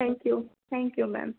thank you thank you ma'am